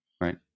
Right